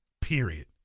Period